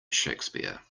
shakespeare